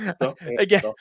again